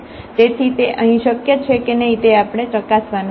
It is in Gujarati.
તેથી તે અહીં શક્ય છે કે નહિ તે આપણે ચકાસવાનું છે